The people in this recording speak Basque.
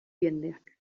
jendeak